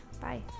Bye